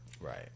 Right